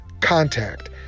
contact